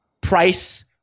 price